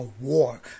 war